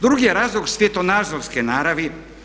Drugi je razlog svjetonazorske naravi.